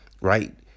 right